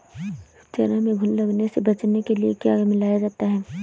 चना में घुन लगने से बचाने के लिए क्या मिलाया जाता है?